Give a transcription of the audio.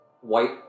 white